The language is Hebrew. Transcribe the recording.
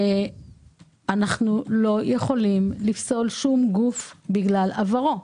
אנחנו לא יכולים לפסול שום גוף בגלל עברו.